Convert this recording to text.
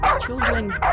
Children